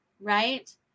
right